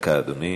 אדוני.